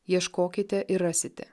ieškokite ir rasite